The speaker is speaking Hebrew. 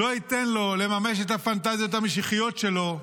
לא ייתן לו לממש את הפנטזיות המשיחיות שלו,